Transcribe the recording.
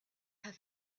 had